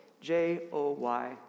J-O-Y